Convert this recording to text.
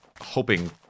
hoping